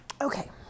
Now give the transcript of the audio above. Okay